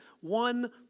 one